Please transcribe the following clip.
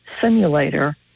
simulator